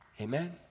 Amen